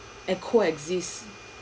and coexist